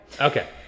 Okay